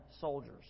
soldiers